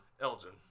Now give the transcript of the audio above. Elgin